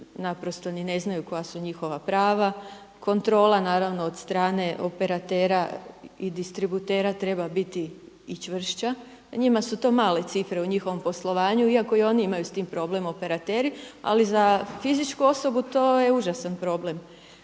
naprosto ni ne znaju koja su njihova prava, kontrola naravno od strane operatera i distributera treba biti i čvršća. Njima su to male cifre u njihovom poslovanju, iako i oni imaju s tim problem operateri. Ali za fizičku osobu to je užasan problem,